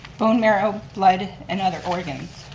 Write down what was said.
bone marrow, blood and other organs.